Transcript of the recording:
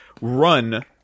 run